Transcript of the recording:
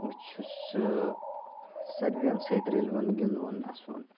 بہٕ چھُس سارِوٕیَن سۭتۍ رَلوُن گِنٛدوُن اَسوُن